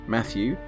Matthew